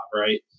right